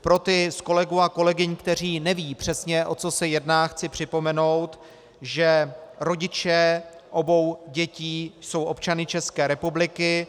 Pro ty z kolegů a kolegyň, kteří nevědí přesně, o co se jedná, chci připomenout, že rodiče obou dětí jsou občany České republiky.